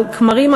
אבל כמרים,